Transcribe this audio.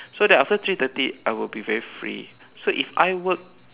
so that after three thirty I will be very free so if I work